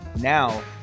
Now